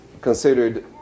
considered